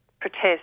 protest